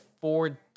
four